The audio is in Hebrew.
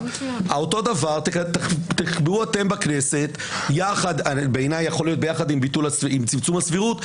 אותו דבר תקבעו אתם בכנסת בעיניי זה יכול להיות ביחד עם צמצום הסבירות,